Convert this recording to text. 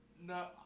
no